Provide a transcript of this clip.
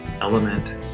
element